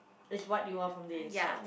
is what you are from the inside